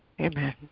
Amen